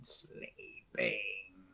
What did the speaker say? sleeping